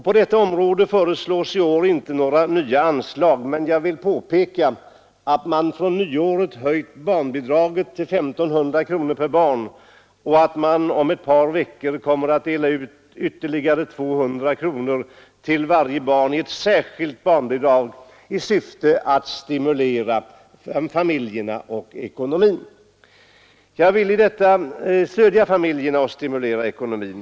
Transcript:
På detta område föreslås i år inte några nya anslag, men jag vill påpeka att man har höjt barnbidraget från nyåret till I 500 per barn och att man om ett par veckor kommer att dela ut ytterligare 200 kronor till varje barn såsom ett särskilt barnbidrag i syfte att stödja familjerna och stimulera ekonomin.